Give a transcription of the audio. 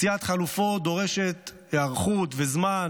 מציאת חלופות דורשת היערכות וזמן,